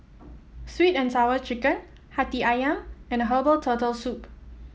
sweet and Sour Chicken hati ayam and Herbal Turtle Soup